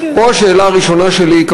פה השאלה הראשונה שלי היא,